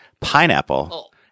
pineapple